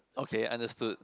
okay understood